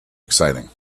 exciting